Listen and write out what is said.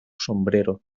sombrero